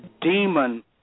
demon